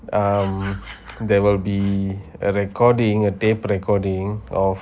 um there will be a recording a tape recording of